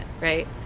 right